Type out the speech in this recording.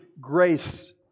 grace